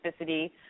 specificity